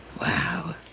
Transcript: Wow